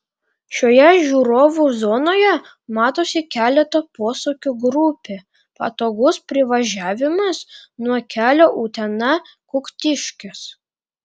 šioje žiūrovų zonoje matosi keleto posūkių grupė patogus privažiavimas nuo kelio utena kuktiškės